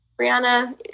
Brianna